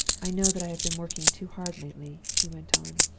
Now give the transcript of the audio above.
i know that i have been working too hard lately he went on,